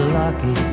lucky